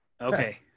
Okay